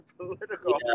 political